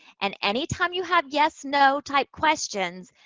and anytime you have yes no type questions,